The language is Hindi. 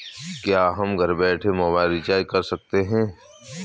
क्या हम घर बैठे मोबाइल रिचार्ज कर सकते हैं?